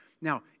Now